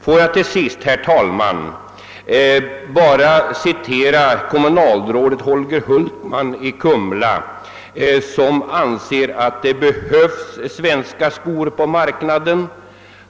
Får jag, herr talman, till sist nämna att kommunalrådet i Kumla Holger Hultman menar att det behövs svenska skor på marknaden.